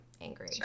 angry